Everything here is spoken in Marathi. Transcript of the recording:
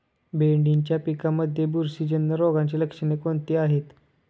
भेंडीच्या पिकांमध्ये बुरशीजन्य रोगाची लक्षणे कोणती आहेत?